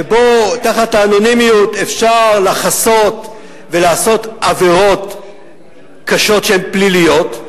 ובו תחת האנונימיות אפשר לחסות ולעשות עבירות קשות שהן פליליות,